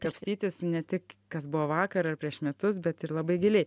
kapstytis ne tik kas buvo vakar ar prieš metus bet ir labai giliai